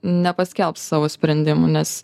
nepaskelbs savo sprendimų nes